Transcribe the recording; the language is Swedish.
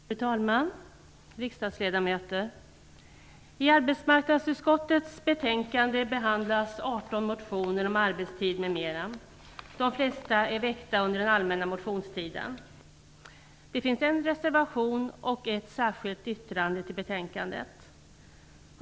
Fru talman! Riksdagledamöter! I arbetsmarknadsutskottets betänkande behandlas 18 motioner om arbetstid m.m. De flesta är väckta under den allmänna motionstiden. De finns en reservation och ett särskilt yttrande till betänkandet.